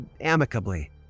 amicably